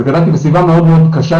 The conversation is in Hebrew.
אז גדלתי בסביבה מאוד מאוד קשה,